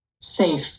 safe